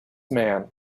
man